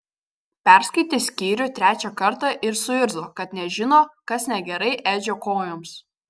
perskaitė skyrių trečią kartą ir suirzo kad nežino kas negerai edžio kojoms